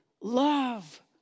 Love